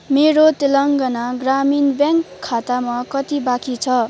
मेरो तेलङ्गाना ग्रामीण ब्याङ्क खातामा कति बाँकी छ